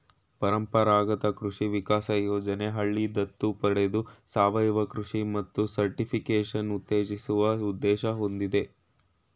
ಪರಂಪರಾಗತ ಕೃಷಿ ವಿಕಾಸ ಯೋಜನೆ ಹಳ್ಳಿ ದತ್ತು ಪಡೆದು ಸಾವಯವ ಕೃಷಿ ಮತ್ತು ಸರ್ಟಿಫಿಕೇಷನ್ ಉತ್ತೇಜಿಸುವ ಉದ್ದೇಶ ಹೊಂದಯ್ತೆ